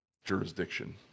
jurisdiction